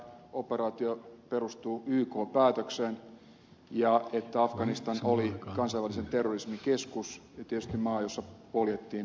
todellakin on hyvä muistaa että tämä operaatio perustuu ykn päätökseen ja että afganistan oli kansainvälisen terrorismin keskus ja tietysti maa jossa poljettiin julmasti ihmisoikeuksia